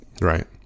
Right